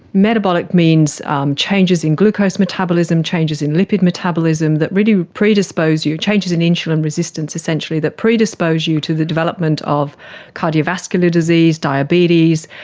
metabolic means changes in glucose metabolism, changes in lipid metabolism that really predispose you, changes in insulin resistance essentially that predispose you to the development of cardiovascular disease, diabetes,